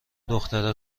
دختره